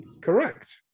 Correct